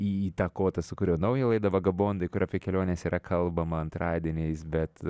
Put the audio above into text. įtakotas sukūriau naują laidą vagabondai kur apie keliones yra kalbama antradieniais bet